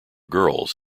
girls